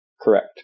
Correct